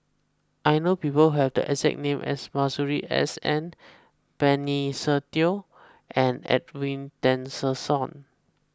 I know people who have the exact name as Masuri S N Benny Se Teo and Edwin Tessensohn